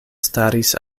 staris